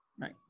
Right